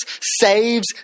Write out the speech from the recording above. saves